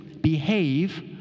behave